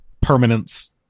permanence